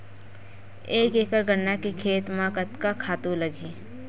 एक एकड़ गन्ना के खेती म कतका खातु लगही?